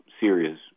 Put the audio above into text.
serious